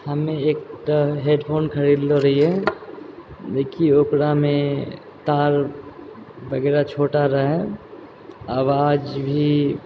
हमे एकटा हेडफोन खरिदलो रहियै जेकि ओकरामे तार बगैरह छोटा रहै आवाज भी